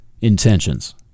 intentions